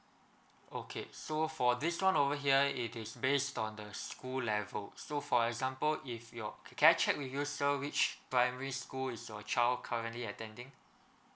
okay so for this one over here it is based on the school level so for example if your can I check we use sir which primary school is your child currently attending